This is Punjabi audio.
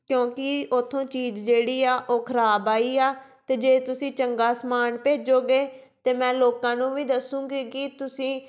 ਕਿਉਂਕਿ ਉੱਥੋਂ ਚੀਜ਼ ਜਿਹੜੀ ਆ ਉਹ ਖ਼ਰਾਬ ਆਈ ਆ ਅਤੇ ਜੇ ਤੁਸੀਂ ਚੰਗਾ ਸਮਾਨ ਭੇਜੋਗੇ ਤਾਂ ਮੈਂ ਲੋਕਾਂ ਨੂੰ ਵੀ ਦੱਸੂੰਗੀ ਕਿ ਤੁਸੀਂ